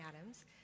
Adams